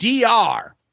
DR